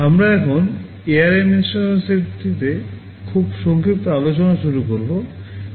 আমরা এখন ARM INSTRUCTION সেটটিতে খুব সংক্ষিপ্ত আলোচনা শুরু করব